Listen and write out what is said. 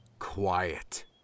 Quiet